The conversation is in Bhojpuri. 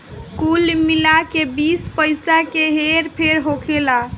कुल मिला के बीस पइसा के हेर फेर होखेला